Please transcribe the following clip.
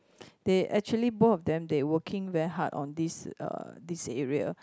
they actually both of them they working very hard on this uh this area